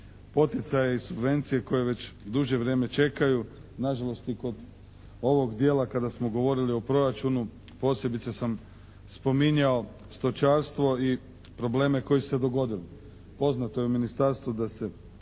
poticaje i subvencije koje već duže vrijeme čekaju, na žalost i kod ovog dijela kada smo govorili o proračunu posebice sam spominjao stočarstvo i probleme koji su se dogodili. Poznato je u ministarstvu da se